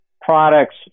products